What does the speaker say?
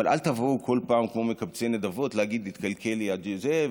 אבל אל תבואו כל פעם כמו מקבצי נדבות להגיד: התקלקל לי זה,